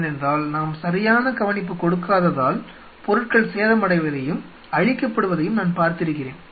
ஏனென்றால் நாம் சரியான கவனிப்பு கொடுக்காததால் பொருட்கள் சேதமடைவதையும் அழிக்கப்படுவதையும் நான் பார்த்திருக்கிறேன்